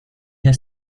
has